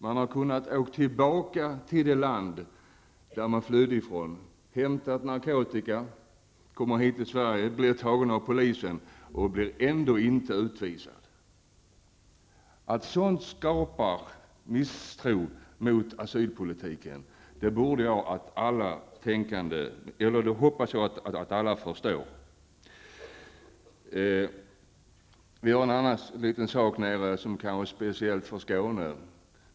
Man har kunnat åka tillbaka till det land varifrån man flytt, hämta narkotika, komma tillbaka till Sverige och bli tagen av polisen, och ändå inte inte bli utvisad. Att sådant skapar misstro mot asylpolitiken hoppas jag alla förstår. Det finns en annan liten fråga som är aktuell speciellt för Skåne.